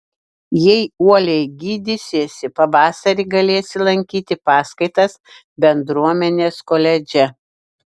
jei uoliai gydysiesi pavasarį galėsi lankyti paskaitas bendruomenės koledže